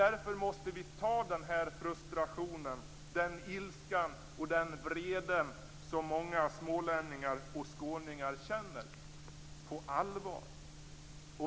Därför måste vi ta denna frustration, den ilska och den vrede som många smålänningar och skåningar känner på allvar.